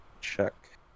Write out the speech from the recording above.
check